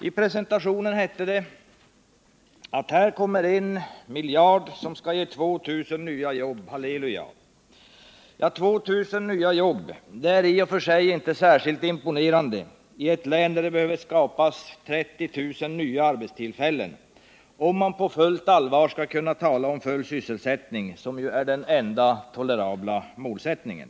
I presentationen hette det: Här kommer det en miljard som skall ge 2 000 nya jobb. Halleluja! 2000 nya jobb är i och för sig inte särskilt imponerande i ett län där det behöver skapas ca 30 000 nya arbetstillfällen, om man på allvar skall tala om full sysselsättning, vilket är den enda tolerabla målsättningen.